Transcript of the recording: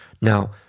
Now